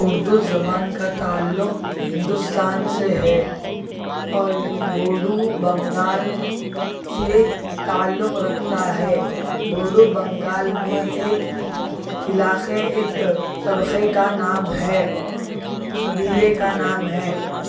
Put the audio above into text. اردو زبان کا تعلق ہندوستان سے ہے اور بوڈو بنگال سے تعلق رکھتا ہے بوڈو بنگال میں ایک علاقے ایک طبقے کا نام ہے قبیلے کا نام ہے